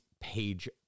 Page